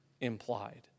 implied